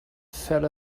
fell